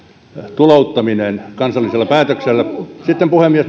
tulouttaminen kansallisella päätöksellä sitten puhemies